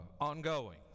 ongoing